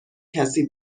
کسی